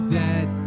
dead